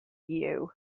you